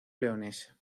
leonesa